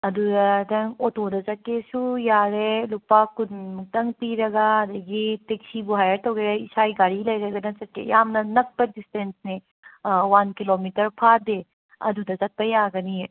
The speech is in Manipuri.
ꯑꯗꯨꯗ ꯅꯪ ꯑꯣꯇꯣꯗ ꯆꯠꯀꯦꯁꯨ ꯌꯥꯔꯦ ꯂꯨꯄꯥ ꯀꯨꯟ ꯃꯨꯛꯇꯪ ꯄꯤꯔꯒ ꯑꯗꯒꯤ ꯇꯦꯛꯁꯤꯕꯨ ꯍꯥꯏꯌꯔ ꯇꯧꯒꯦꯔꯥ ꯏꯁꯥꯒꯤ ꯒꯥꯔꯤ ꯂꯩꯔꯒꯅ ꯆꯠꯀꯦ ꯌꯥꯝꯅ ꯅꯛꯄ ꯗꯤꯁꯇꯦꯟꯁꯅꯦ ꯋꯥꯟ ꯀꯤꯂꯣꯃꯤꯇꯔ ꯐꯥꯗꯦ ꯑꯗꯨꯗ ꯆꯠꯄ ꯌꯥꯒꯅꯤꯌꯦ